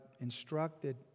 instructed